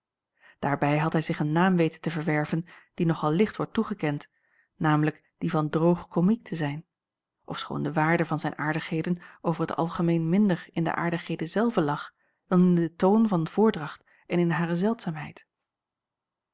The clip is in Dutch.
daarbij had hij zich een naam weten te verwerven die nog al licht wordt toegekend namelijk dien van droog komiek te zijn ofschoon de waarde van zijn aardigheden over t algemeen minder in de aardigheden zelve lag dan in den toon van voordracht en in hare